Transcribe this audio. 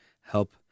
help